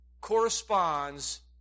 corresponds